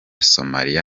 somalia